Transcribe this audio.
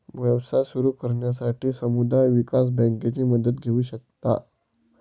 व्यवसाय सुरू करण्यासाठी समुदाय विकास बँकेची मदत घेऊ शकता